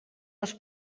les